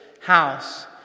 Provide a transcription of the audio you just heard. house